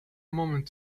moment